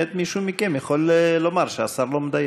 ואז מישהו מכם יכול לומר שהשר לא מדייק.